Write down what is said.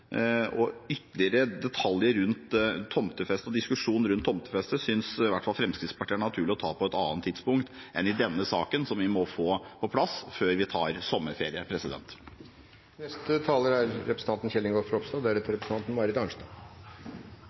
og ytterligere detaljer rundt tomtefeste, og diskusjonen rundt tomtefeste, synes i hvert fall Fremskrittspartiet det er naturlig å ta på et annet tidspunkt enn i denne saken, som vi må få på plass før vi tar sommerferie.